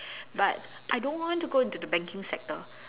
but I don't want to go into the banking sector